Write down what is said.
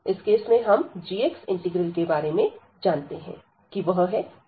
इस केस में हम gxइंटीग्रल के बारे में जानते हैं वह है 1x